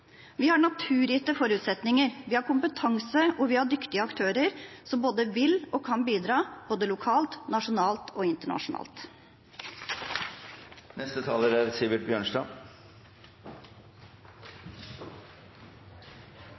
Vi har naturgitte forutsetninger, vi har kompetanse, og vi har dyktige aktører som både vil og kan bidra både lokalt, nasjonalt og